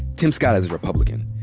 tim scott is a republican.